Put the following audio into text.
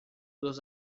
dos